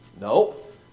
Nope